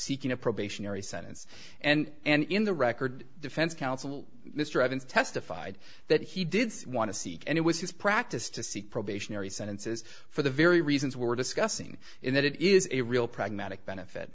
seeking a probationary sentence and in the record defense counsel mr evans testified that he did want to seek and it was his practice to seek probationary sentences for the very reasons we're discussing in that it is a real pragmatic benefit